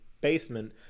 basement